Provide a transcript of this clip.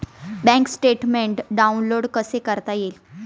Bank statement download कसे करता येईल?